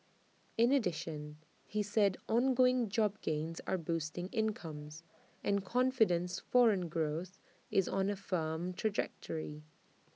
in addition he said ongoing job gains are boosting incomes and confidence foreign growth is on A firm trajectory